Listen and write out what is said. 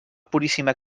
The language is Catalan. puríssima